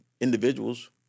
individuals